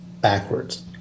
backwards